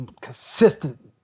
consistent